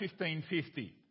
1550